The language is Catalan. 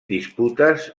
disputes